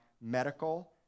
medical